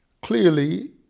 Clearly